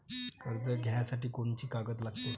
कर्ज घ्यासाठी कोनची कागद लागते?